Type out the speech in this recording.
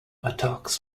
attacks